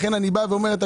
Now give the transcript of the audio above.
לכן אני אומר הכול.